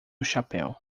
chapéu